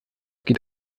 geht